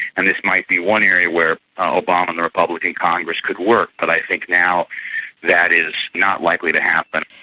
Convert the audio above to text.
and this might be one area where ah obama and the republican congress could work, but i think now that is not likely to happen.